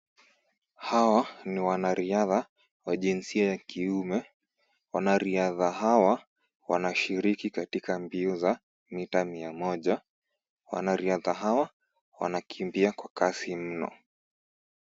Hawa ni wanariadha wa jinsia ya kiume , wanariadha hawa wanashiriki katika mbio za mita mia moja ,wanariadha hawa wanakimbia kwa kasi mno.